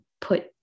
put